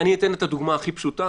אני אתן את הדוגמה הכי פשוטה,